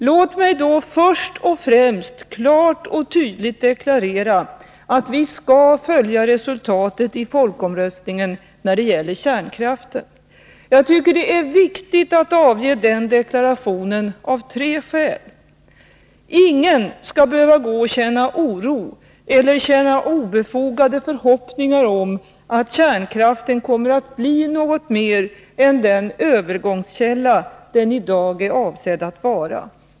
Låt mig då först och främst klart och tydligt deklarera att vi skall följa resultatet i folkomröstningen när det gäller kärnkraften. Jag tycker det är viktigt att avge den deklarationen av tre skäl: Ingen skall behöva gå och känna oro eller nära obefogade förhoppningar om att kärnkraften kommer att bli något mer än den ”övergångskälla” den i dag är avsedd att vara.